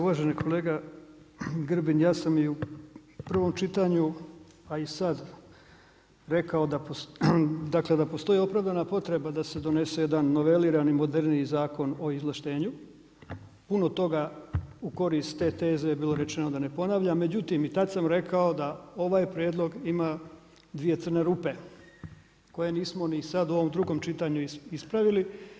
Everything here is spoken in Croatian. Uvaženi kolega Grbin, ja sam i u prvom čitanju a i sad rekao da postoje opravdana potreba da se donese jedan novelirani moderni Zakon o izvlaštenju, puno toga u korist te teze je bilo rečeno da ne ponavljam, međutim i tada sam rekao da ovaj prijedlog ima dvije crne rupe koje nismo ni sad u ovom drugom čitanju, ispravili.